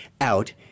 out